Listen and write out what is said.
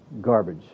garbage